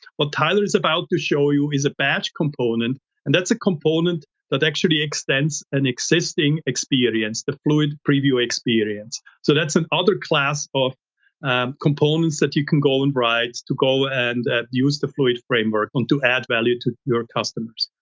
what tyler is about to show you is a badge component and that's a component that actually extends an existing experience, the fluid preview experience. so that's an other class of components that you can go and bribes to go and use the fluid framework um to add value to your customers.